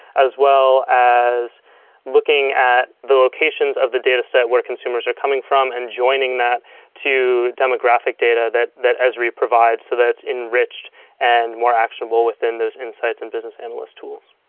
as well as looking at the locations of the dataset where consumers are coming from and joining that to demographic data that that esri provides so that's enriched and more actionable within those insights and business analyst tools